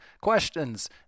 questions